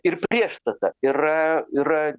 ir priešstata yra yra